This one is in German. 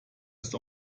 ist